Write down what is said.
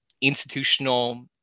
institutional